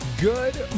Good